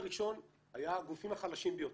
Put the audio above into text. היעד הראשון היה הגופים החלשים ביותר,